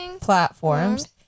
platforms